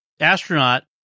astronaut